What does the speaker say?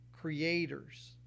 creators